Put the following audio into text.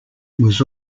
was